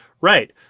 right